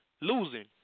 losing